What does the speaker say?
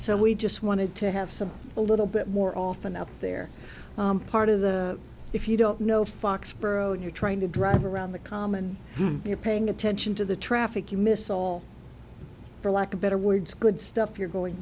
so we just wanted to have something a little bit more often up there part of the if you don't know foxborough you're trying to drive around the common you're paying attention to the traffic you miss all for lack of better words good stuff you're going